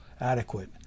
adequate